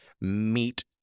meet